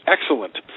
excellent